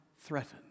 threatened